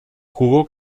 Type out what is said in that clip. jugó